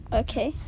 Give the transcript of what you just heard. okay